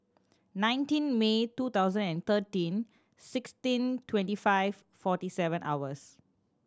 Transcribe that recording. nineteen May two thousand and thirteen sixteen twenty five forty seven hours